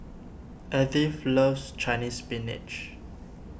Edythe loves Chinese Spinach